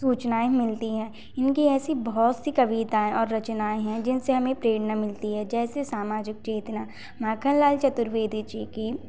सूचनाएँ मिलती हैं इनकी ऐसी बहुत सी कविताएँ और रचनाएँ हैं जिन से हमें प्रेरणा मिलती है जैसे सामाजिक चेतना माखनलाल चतुर्वेदी जी की